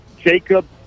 Jacob